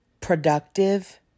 productive